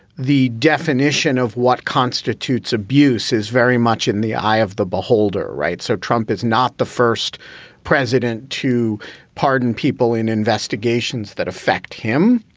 the definition of what constitutes abuse is very much in the eye of the beholder. right. so trump is not the first president to pardon people in investigations that affect him.